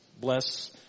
Bless